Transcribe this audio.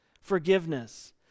forgiveness